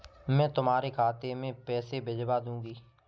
मैं तुम्हारे खाते में पैसे भिजवा दूँगी